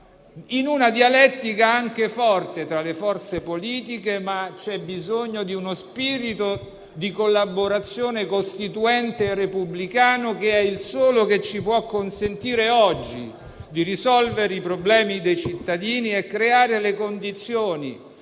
in una dialettica anche forte tra le forze politiche, c'è bisogno però di uno spirito di collaborazione costituente e repubblicano, il solo che ci può consentire oggi di risolvere i problemi dei cittadini e creare le condizioni